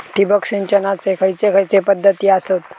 ठिबक सिंचनाचे खैयचे खैयचे पध्दती आसत?